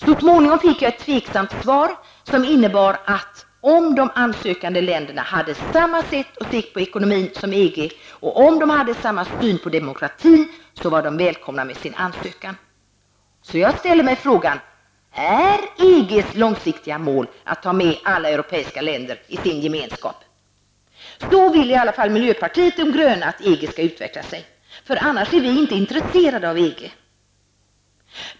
Så småningom fick jag ett tveksamt svar, som innebar att om de ansökande länderna hade samma sätt att se på ekonomin som EG och om de hade samma syn på demokratin så var de välkomna med sin ansökan. Är alltså EGs långsiktiga mål att ta med alla europeiska länder i sin gemenskap? Så vill i alla fall miljöpartiet de gröna att EG skall utveckla sig. Annars är vi inte intresserade av EG.